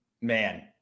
Man